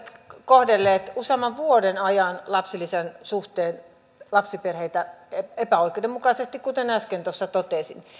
kohdelleet useamman vuoden ajan lapsilisän suhteen lapsiperheitä epäoikeudenmukaisesti kuten äsken tuossa totesin